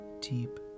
deep